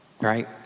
Right